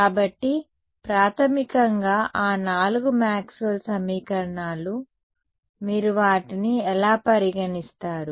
కాబట్టి ప్రాథమికంగా ఆ నాలుగు మాక్స్వెల్ సమీకరణాలు మీరు వాటిని ఎలా పరిగణిస్తారు